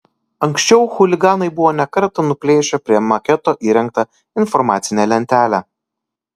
anksčiau chuliganai buvo ne kartą nuplėšę prie maketo įrengtą informacinę lentelę